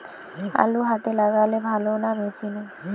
আলু হাতে লাগালে ভালো না মেশিনে?